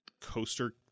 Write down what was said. coaster